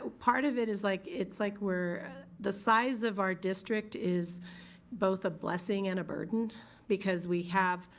part of it is like it's like we're the size of our district is both a blessing and a burden because we have,